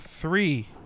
three